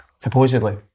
Supposedly